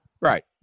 Right